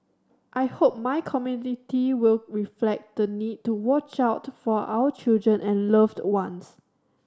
i hope my community will reflect the need to watch out for our children and loved ones